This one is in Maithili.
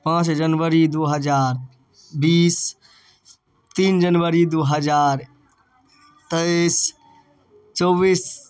पाँच जनवरी दुइ हजार बीस तीन जनवरी दुइ हजार तेइस चौबिस